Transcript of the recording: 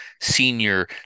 senior